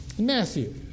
Matthew